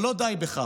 אבל לא די בכך.